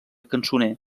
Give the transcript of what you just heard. cançoner